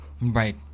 Right